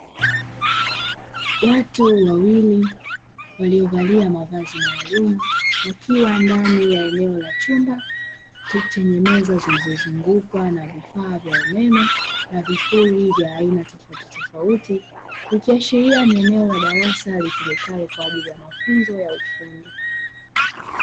Watu wawili waliovalia mavazi maalum, wakiwa ndani ya eneo la chumba chenye meza zilizozungukwa na vifaa vya umeme na vipuri vya aina tofauti tofauti, vikiashiria ni eneo la darasa litumekalo kwa ajili ya mafunzo ya ufundi.